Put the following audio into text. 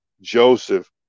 Joseph